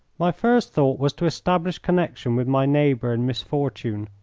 my first thought was to establish connection with my neighbour in misfortune.